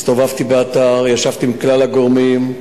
הסתובבתי באתר וישבתי עם כלל הגורמים.